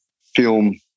film